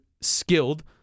skilled